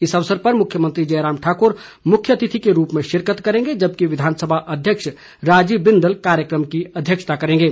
इस अवसर पर मुख्यमंत्री जयराम ठाकुर मुख्य अतिथि के रूप में शिरकत करेंगे जबकि विधानसभा अध्यक्ष राजीव बिंदल कार्यक्रम की अध्यक्षता करेंगे